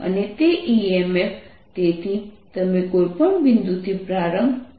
અને તે emf તેથી તમે કોઈપણ બિંદુથી પ્રારંભ કરો